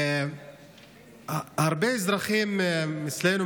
הרבה אזרחים אצלנו,